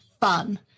fun